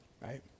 right